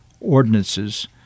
ordinances